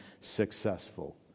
successful